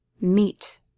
meet